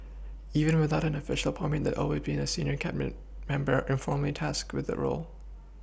even without an official appointment always been a senior Cabinet member informally tasked with the role